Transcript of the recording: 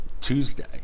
tuesday